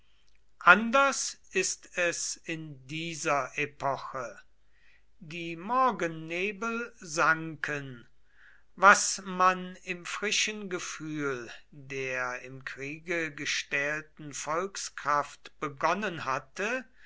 anders ist es in dieser epoche die morgennebel sanken was man im frischen gefühl der im kriege gestählten volkskraft begonnen hatte